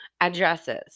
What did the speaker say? addresses